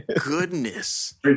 goodness